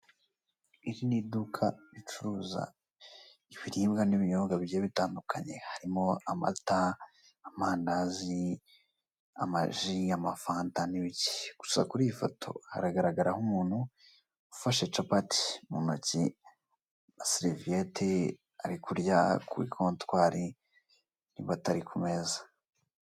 Iri ni iduka ricuruza ibiribwa n'ibinyobwa bigiye bitandukanye. Harimo amata, amandazi, amaji, amafanta n'ibiki. Gusa kuri iyi foto haragaragaraho umuntu ufashe capati mu ntoki na seriviyete ari kurya kuri kontwari, nimba atari ku meza.